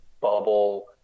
bubble